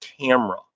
camera